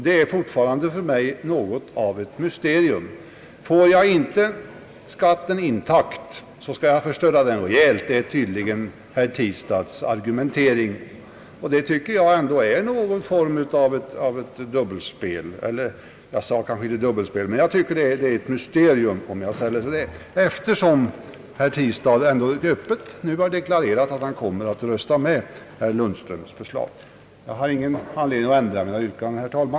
Herr Tistad argumenterar tydligen på följande sätt: »Får jag inte skatten intakt, skall jag förstöra den rejält.« Det tycker jag ändå är någon form av dubbelspel; jag sade kanske inte dubbelspel, men nog tycker jag det är ett mysterium, eftersom herr Tistad ändå Öppet nu har deklarerat att han kommer att rösta för herr Lundströms förslag. Jag har, herr talman, ingen anledning att ändra mina yrkanden,